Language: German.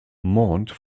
mende